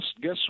guess